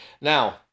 now